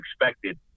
expected